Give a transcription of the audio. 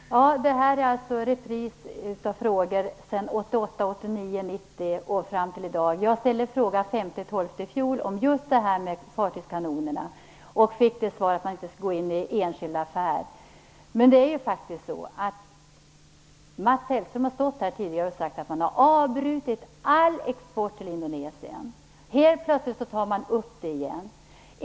Fru talman! Det här är alltså en repris av frågor som ställts sedan 1988, 1989, 1990 och fram till i dag. Jag ställde en fråga den 5 december i fjol om just fartygskanonerna och fick till svar att man inte kunde gå in på enskild affär. Men Mats Hellström har faktiskt sagt tidigare att man har avbrutit all export till Indonesien. Helt plötsligt tar man upp den igen.